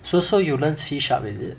so so you learn C sharp is it